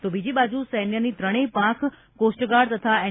તો બીજી બાજુ સૈન્યની ત્રણેય પાંખ કોસ્ટગાર્ડ તથા એન